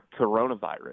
coronavirus